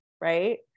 right